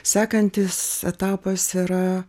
sekantis etapas yra